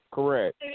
Correct